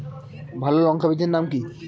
ভালো লঙ্কা বীজের নাম কি?